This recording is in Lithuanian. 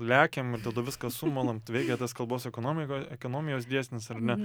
lekiam ir tada viską sumalam t veikia tas kalbos ekonomiko ekonomijos dėsnis ar ne